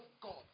god